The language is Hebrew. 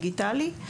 דיגיטלי,